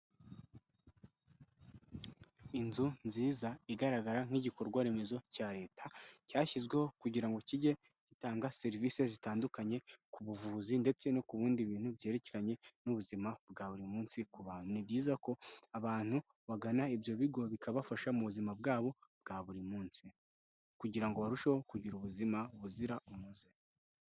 Inzu nziza igaragara nk'igikorwaremezo cya leta cyashyizweho kugira ngo kijye gitanga serivisi zitandukanye ku buvuzi ndetse no ku bindi bintu byerekeranye n'ubuzima bwa buri munsi ku bantu, ni byiza ko abantu bagana ibyo bigo bikabafasha mu buzima bwabo bwa buri munsi kugira ngo barusheho kugira ubuzima buzira umuze.